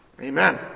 Amen